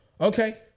okay